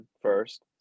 first